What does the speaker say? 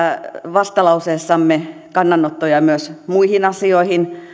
vastalauseessamme kannanottoja myös muihin asioihin